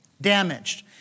damaged